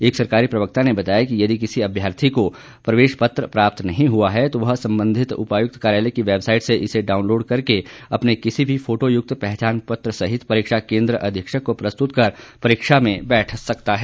एक सरकारी प्रवक्ता ने बताया कि यदि किसी अभ्यार्थी को प्रवेश पत्र प्राप्त नहीं हुआ है तो वह सम्बन्धित उपायुक्त कार्यालय की वेबसाईट से इसे डाउनलोड करके अपना कोई भी फोटो युक्त पहचान पत्र सहित परीक्षा केन्द्र अधीक्षक को प्रस्तुत कर परीक्षा में बैठ सकता है